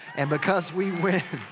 and because we win,